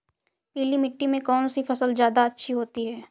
पीली मिट्टी में कौन सी फसल ज्यादा अच्छी होती है?